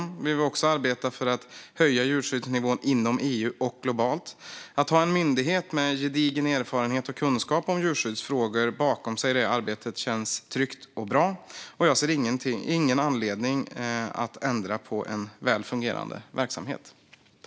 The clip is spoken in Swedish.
Vi vill också arbeta för att höja djurskyddsnivån inom EU och globalt. Att ha en myndighet med gedigen erfarenhet och kunskap om djurskyddsfrågor bakom sig i det arbetet känns tryggt och bra. Jag ser ingen anledning att ändra på en väl fungerande verksamhet.